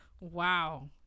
wow